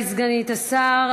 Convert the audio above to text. תודה לסגנית השר.